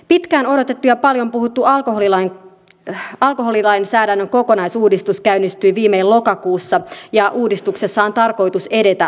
pitkään odotettu ja paljon puhuttu alkoholilainsäädännön kokonaisuudistus käynnistyi viimein lokakuussa ja uudistuksessa on tarkoitus edetä alkuvuodesta